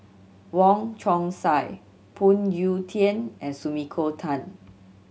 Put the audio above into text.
Wong Chong Sai Phoon Yew Tien and Sumiko Tan